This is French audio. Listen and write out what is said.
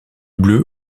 bleu